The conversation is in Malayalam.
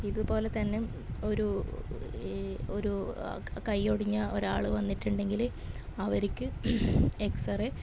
ഇതുപോലെ തന്നെ ഒരു ഈ ഒരു കൈയ്യൊടിഞ്ഞ ഒരാൾ വന്നിട്ടുണ്ടെങ്കിൽ അവര്ക്ക് എക്സ്സറേ